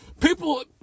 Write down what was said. people